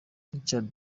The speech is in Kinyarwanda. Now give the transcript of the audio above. richard